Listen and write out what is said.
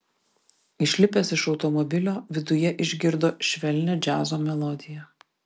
išlipęs iš automobilio viduje išgirdo švelnią džiazo melodiją